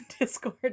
Discord